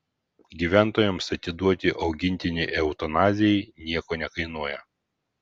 gyventojams atiduoti augintinį eutanazijai nieko nekainuoja